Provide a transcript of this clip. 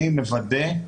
אני מוודא.